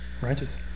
righteous